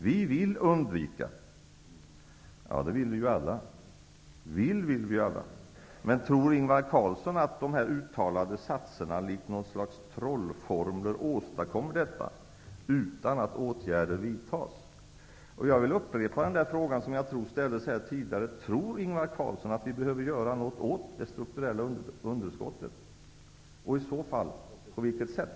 Vi vill undvika... Ja, det vill vi alla. Viljan har vi alla. Men tror Ingvar Carlsson att de här uttalade satserna likt någon slags trollformler åstadkommer detta, utan att åtgärder vidtas? Jag vill upprepa den fråga som jag tror ställdes här tidigare: Tror Ingvar Carlsson att vi behöver göra något åt det strukturella underskottet och, i så fall, på vilket sätt?